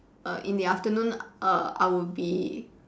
err in the afternoon err I would be